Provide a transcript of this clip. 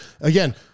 Again